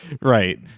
Right